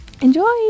enjoy